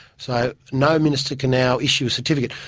so no minister can now issue a certificate.